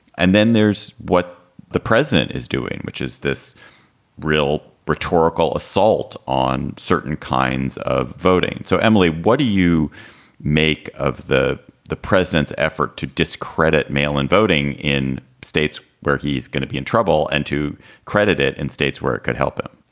and then there's what the president is doing, which is this real rhetorical assault on certain kinds of voting. so, emily, what do you make of the the president's effort to discredit mail in voting in states where he's going to be in trouble and to credit it in states where it could help him?